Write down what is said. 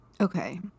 okay